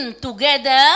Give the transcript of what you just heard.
together